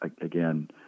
again